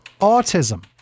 Autism